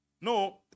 No